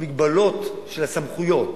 בהגבלות של הסמכויות